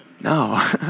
No